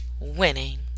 winning